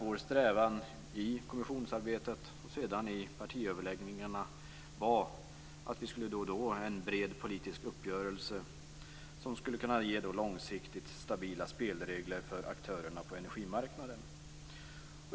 Vår strävan i kommissionsarbetet, och sedan i partiöverläggningarna, var att vi då och då skulle ha en bred politisk uppgörelse som skulle kunna ge långsiktigt stabila spelregler för aktörerna på energimarknaden.